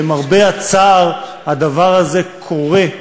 למרבה הצער, הדבר הזה קורה,